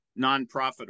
nonprofit